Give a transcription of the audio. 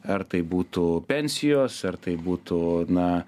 ar tai būtų pensijos ar tai būtų na